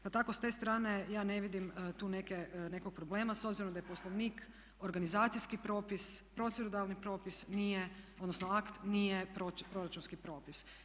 Pa tako s te strane ja ne vidim tu neke, nekog problema s obzirom da je Poslovnik organizacijski propis, proceduralni propis nije, odnosno akt nije proračunski propis.